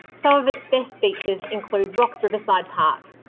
so of its best features include rocks riverside park,